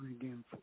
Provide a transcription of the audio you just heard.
again